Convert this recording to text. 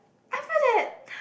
I feel that